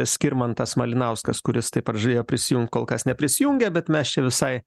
skirmantas malinauskas kuris taip pat žadėjo prisijungt kol kas neprisijungė bet mes čia visai